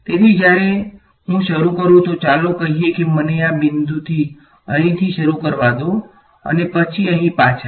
તેથી જ્યારે હું શરૂ કરું તો ચાલો કહીએ કે મને આ બિંદુથી અહીંથી શરૂ કરવા દો અને અને પછી અહી પાછા